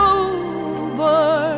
over